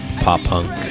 pop-punk